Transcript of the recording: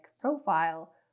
profile